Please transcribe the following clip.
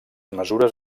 mesures